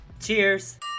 Cheers